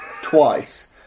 Twice